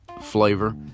flavor